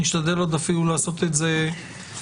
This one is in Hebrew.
נשתדל עוד אפילו לעשות את זה היום.